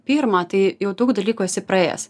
pirmą tai jau daug dalykų esi praėjęs